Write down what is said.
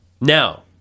now